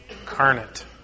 incarnate